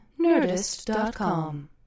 Nerdist.com